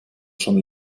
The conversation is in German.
schon